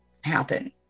happen